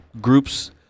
groups